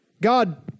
God